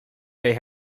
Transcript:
they